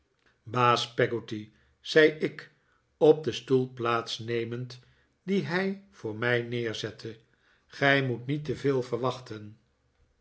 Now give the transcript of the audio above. baas peggotty zei ik op den stoel plaats nemend dien hij voor mij neerzette gij moet niet te veel verwachten